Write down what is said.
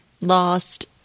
lost